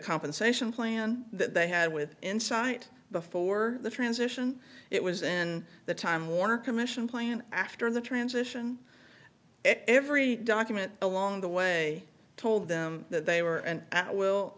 compensation plan that they had with insight before the transition it was in the time warner commission plan after the transition every document along the way told them that they were and will